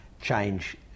change